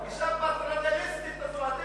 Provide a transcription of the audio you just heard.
הגישה הפטרנליסטית הזאת,